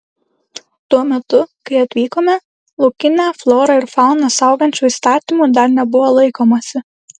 tuo metu kai atvykome laukinę florą ir fauną saugančių įstatymų dar nebuvo laikomasi